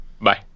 Bye